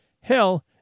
Hell